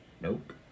Nope